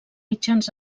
mitjans